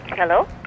Hello